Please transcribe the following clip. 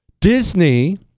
Disney